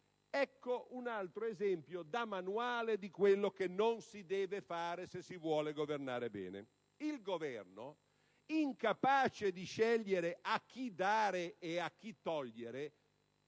Un altro esempio da manuale di quello che non si deve fare se si vuole governare bene: il Governo, incapace di scegliere a chi dare e a chi togliere